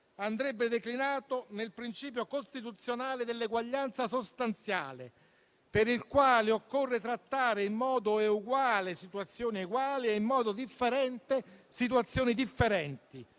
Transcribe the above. andrebbe declinato nel principio costituzionale dell'eguaglianza sostanziale, per il quale occorre trattare in modo uguale situazioni eguali e in modo differente situazioni differenti,